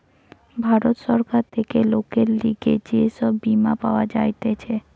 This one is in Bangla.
ভারত সরকার থেকে লোকের লিগে যে সব বীমা পাওয়া যাতিছে